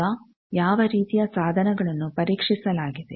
ಈಗ ಯಾವ ರೀತಿಯ ಸಾಧನಗಳನ್ನು ಪರೀಕ್ಷಿಸಲಾಗಿದೆ